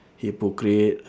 hypocrite